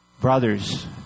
brothers